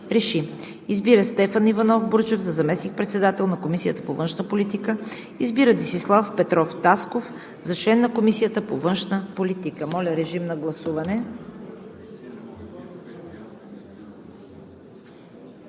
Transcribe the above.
РЕШИ: Избира Стефан Иванов Бурджев за заместник-председател на Комисията по външна политика. Избира Десислав Петров Тасков за член на Комисията по външна политика.“ Моля, режим на гласуване.